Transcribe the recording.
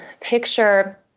picture